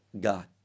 God